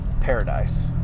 paradise